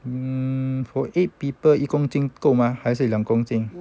mm for eight people 一公斤够吗还是两公斤